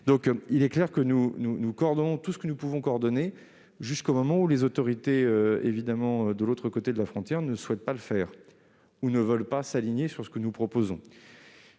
Il est clair que nous coordonnons tout ce que nous pouvons coordonner, jusqu'au moment où les autorités de l'autre côté de la frontière ne souhaitent pas le faire ou ne veulent pas s'aligner sur ce que nous proposons.